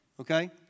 okay